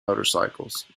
motorcycles